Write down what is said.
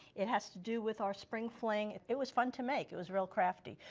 it has to do with our spring fling. it was fun to make. it was real crafty.